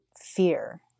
fear